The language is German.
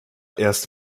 erst